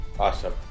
Awesome